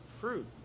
fruit